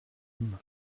hommes